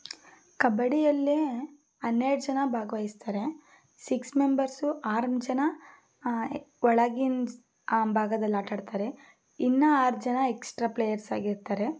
ಕಬಡ್ಡಿಯಲ್ಲಿ ಹನ್ನೆರಡು ಜನ ಭಾಗವಹಿಸ್ತಾರೆ ಸಿಕ್ಸ್ ಮೆಂಬರ್ಸು ಆರು ಜನ ಒಳಗಿನ ಭಾಗದಲ್ಲಿ ಆಟ ಆಡ್ತಾರೆ ಇನ್ನು ಆರು ಜನ ಎಕ್ಸ್ಟ್ರಾ ಪ್ಲೇಯರ್ಸ್ ಆಗಿರ್ತಾರೆ